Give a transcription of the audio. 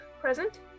present